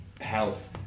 health